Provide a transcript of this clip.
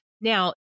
Now